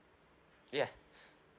ya